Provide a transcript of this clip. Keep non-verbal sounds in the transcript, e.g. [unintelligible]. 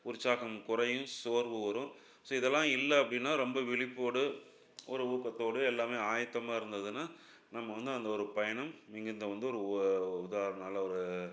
உற்சாகம் குறையும் சோர்வு வரும் ஸோ இதெல்லாம் இல்லை அப்படின்னா ரொம்ப விழிப்போடு ஒரு ஊக்கதோடு எல்லாமே ஆயத்தமாக இருந்ததுன்னால் நம்ம வந்து அந்த ஒரு பயணம் [unintelligible] வந்து ஒரு ஒ உதாரணம் நல்ல ஒரு